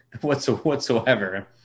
Whatsoever